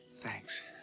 Thanks